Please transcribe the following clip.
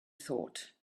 thought